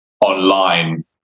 online